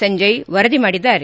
ಸಂಜಯ್ ವರದಿ ಮಾಡಿದ್ದಾರೆ